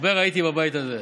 הרבה ראיתי בבית הזה,